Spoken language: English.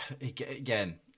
Again